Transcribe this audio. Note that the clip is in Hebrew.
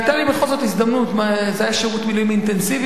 זה היה שירות מילואים אינטנסיבי,